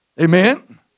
Amen